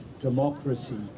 democracy